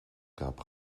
gab